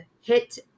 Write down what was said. hit